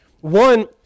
one